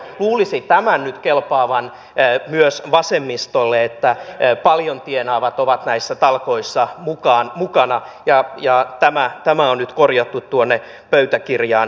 luulisi tämän nyt kelpaavan myös vasemmistolle että paljon tienaavat ovat näissä talkoissa mukana ja tämä on nyt korjattu tuonne pöytäkirjaan